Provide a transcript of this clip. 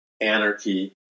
anarchy